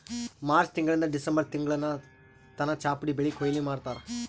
March ತಿಂಗಳಿಂದ್ December ತಿಂಗಳ್ ತನ ಚಾಪುಡಿ ಬೆಳಿ ಕೊಯ್ಲಿ ಮಾಡ್ತಾರ್